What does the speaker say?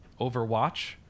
Overwatch